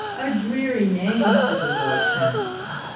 a dreary name, said the lord chancellor.